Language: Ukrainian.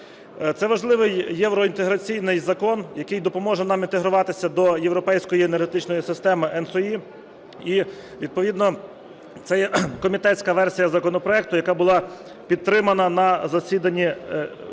Це важливий євроінтеграційний закон, який допоможе нам інтегруватися до європейської енергетичної системи ENTSO-E, і відповідно це є комітетська версія законопроекту, яка була підтримана на засіданні